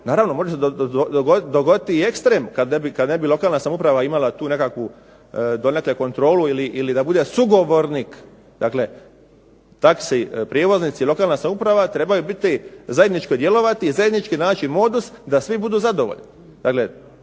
Naravno može se dogoditi i ekstrem kad ne bi lokalna samouprava imala tu nekakvu donekle kontrolu, ili da bude sugovornik dakle taksi prijevoznici i lokalna samouprava, trebaju biti zajednički djelovati i zajednički naći modus da svi budu zadovoljni.